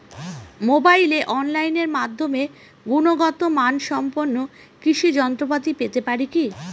মোবাইলে অনলাইনের মাধ্যমে গুণগত মানসম্পন্ন কৃষি যন্ত্রপাতি পেতে পারি কি?